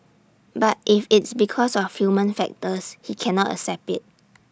but if it's because of human factors he cannot accept IT